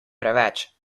preveč